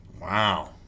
Wow